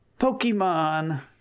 Pokemon